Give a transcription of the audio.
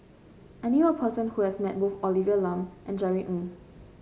I knew a person who has met both Olivia Lum and Jerry Ng